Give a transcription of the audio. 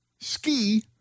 ski